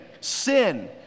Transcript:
sin